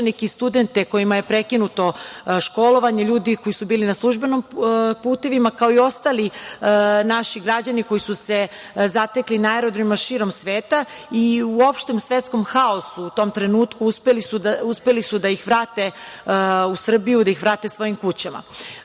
i studente kojima je prekinuto školovanje, ljudi koji su bili na službenim putevima, kao i ostali naši građani koji su se zatekli na aerodromima širom sveta i u opštem svetskom haosu u tom trenutku uspeli su da ih vrate u Srbiju, da ih vrate svojim kućama.U